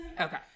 Okay